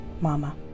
Mama